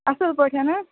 اَصٕل پٲٹھۍ حظ